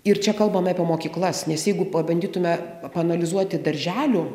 ir čia kalbame apie mokyklas nes jeigu pabandytume paanalizuoti darželių